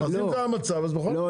לא,